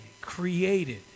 created